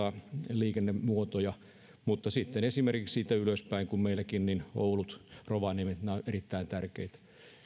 maaliikennemuotoja mutta sitten esimerkiksi siitä ylöspäin niin kuin meilläkin oulut rovaniemet nämä ovat erittäin tärkeitä